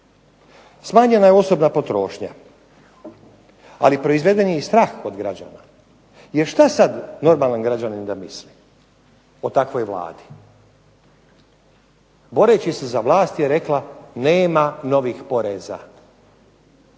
Smanjena je osobna potrošnja, ali proizveden je i strah kod građana jer šta sad normalan građanin da misli o takvoj Vladi. Boreći se za vlast je rekla nema novih poreza,